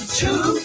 two